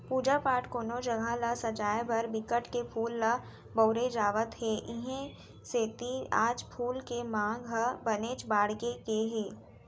पूजा पाठ, कोनो जघा ल सजाय बर बिकट के फूल ल बउरे जावत हे इहीं सेती आज फूल के मांग ह बनेच बाड़गे गे हे